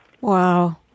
Wow